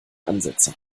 ansätze